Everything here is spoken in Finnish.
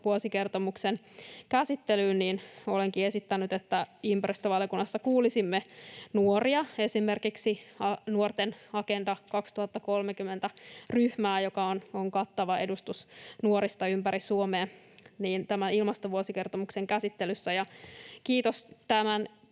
ilmastovuosikertomuksen käsittelyyn, niin olenkin esittänyt, että ympäristövaliokunnassa kuulisimme nuoria, esimerkiksi Nuorten Agenda 2030 ‑ryhmää, joka on kattava edustus nuorista ympäri Suomea, tämän ilmastovuosikertomuksen käsittelyssä. Kiitos tämän